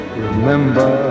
remember